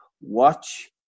watch